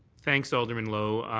thanks, alderman lowe.